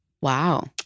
Wow